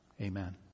Amen